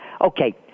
Okay